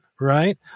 right